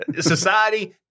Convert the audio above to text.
Society